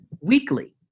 weekly